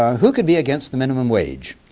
who can be against the minimum wage?